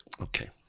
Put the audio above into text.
okay